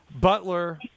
Butler